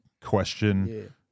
question